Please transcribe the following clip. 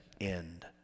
end